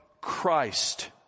Christ